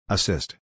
Assist